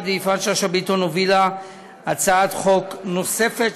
ויפעת שאשא ביטון הובילה הצעת חוק נוספת,